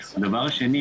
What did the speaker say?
שנית,